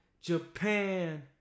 Japan